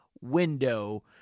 window